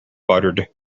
buttered